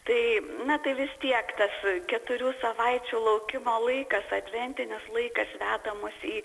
tai na tai vis tiek tas keturių savaičių laukimo laikas adventinis laikas veda mus į